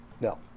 no